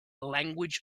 language